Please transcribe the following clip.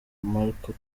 markle